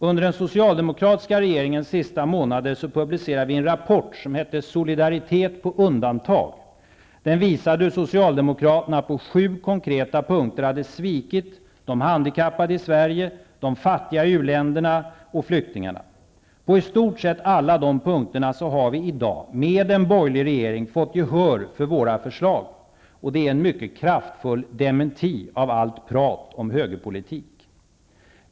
Under den socialdemokratiska regeringens sista månader publicerade vi en rapport som hette ''Solidaritet på undantag''. Den visade hur Socialdemokraterna på sju konkreta punkter hade svikit de handikappade i Sverige, de fattiga i u-länderna och flyktingarna. På i stort sett alla de punkterna har vi i dag -- med en borgerlig regering! -- fått gehör för våra förslag. Det är en mycket kraftfull dementi av allt prat om högerpolitik.